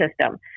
system